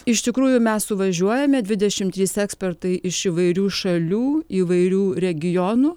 iš tikrųjų mes suvažiuojame dvidešimt trys ekspertai iš įvairių šalių įvairių regionų